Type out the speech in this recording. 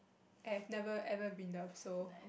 I have never ever been loved so